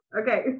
okay